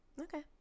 okay